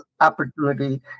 opportunity